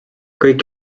kõik